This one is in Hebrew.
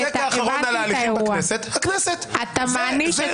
מי הפוסק האחרון על ההליכים בכנסת?